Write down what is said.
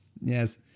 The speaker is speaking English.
yes